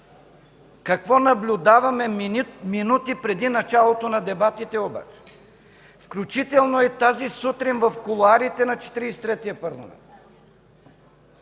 Какво наблюдаваме минути преди началото на дебатите обаче, включително и тази сутрин в кулоарите на Четиридесет